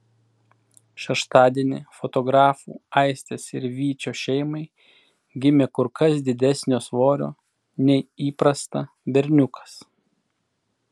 šeštadienį fotografų aistės ir vyčio šeimai gimė kur kas didesnio svorio nei įprasta berniukas